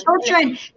children